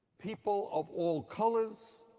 people of all colors,